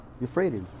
euphrates